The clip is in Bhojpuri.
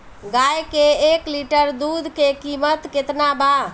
गाय के एक लिटर दूध के कीमत केतना बा?